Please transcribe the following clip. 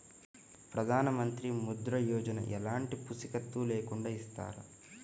ప్రధానమంత్రి ముద్ర యోజన ఎలాంటి పూసికత్తు లేకుండా ఇస్తారా?